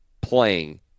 playing